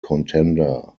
contender